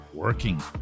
Working